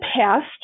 past